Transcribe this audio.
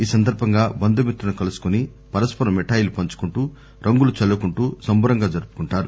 ఈ సందర్భంగా బంధుమిత్రులను కలుసుకొని పరస్పర మిఠాయిలు పంచుకుంటూ రంగులు చల్లుకుంటూ సంబురంగా జరుపుకుంటారు